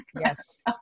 Yes